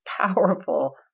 powerful